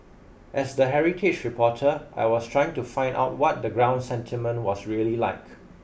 as the heritage reporter I was trying to find out what the ground sentiment was really like